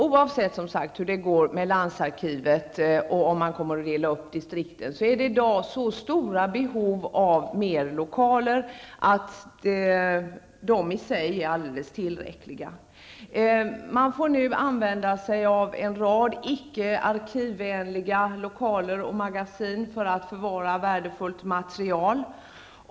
Oavsett hur det går med landsarkivet, om man kommer att dela upp distrikten eller ej, är behoven av fler lokaler i dag så stora att de i sig är alldeles tillräckliga. Man får nu använda sig av en rad icke arkivvänliga lokaler och magasin för att förvara värdefullt material.